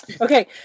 okay